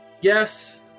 yes